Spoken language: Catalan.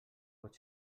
pot